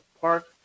Park